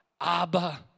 Abba